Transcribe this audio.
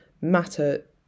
matter